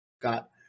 Got